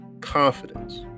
confidence